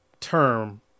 term